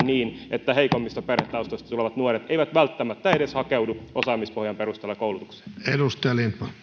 niin että heikommista perhetaustoista tulevat nuoret eivät välttämättä edes hakeudu osaamispohjan perusteella koulutukseen